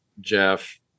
Jeff